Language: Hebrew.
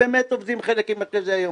באמת עובדים עם זה היום,